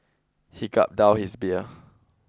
he gulped down his beer